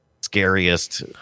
scariest